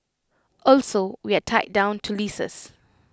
also we are tied down to leases